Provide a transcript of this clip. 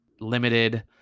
limited